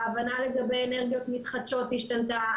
ההבנה לגבי אנרגיות מתחדשות השתנתה,